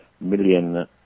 million